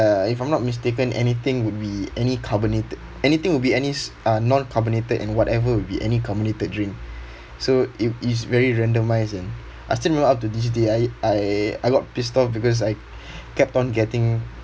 uh if I'm not mistaken anything would be any carbonated anything would be any uh non carbonated and whatever would be any carbonated drink so it is very randomised man I still don't know up to this day I I I got pissed off because I kept on getting